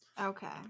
okay